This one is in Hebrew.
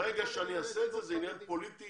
ברגע שאני אעשה את זה, זה עניין פוליטי.